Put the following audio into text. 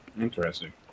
interesting